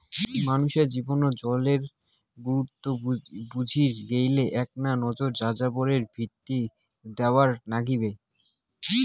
মানষির জীবনত জলের গুরুত্ব বুজির গেইলে এ্যাকনা নজর যাযাবরের ভিতি দ্যাওয়ার নাইগবে